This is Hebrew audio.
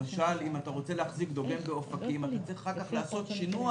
אם למשל אתה רוצה להחזיק דוגם באופקים אתה צריך אחר כך לעשות שינוע,